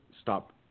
stop